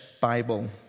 Bible